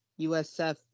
USF